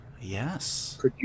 Yes